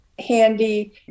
handy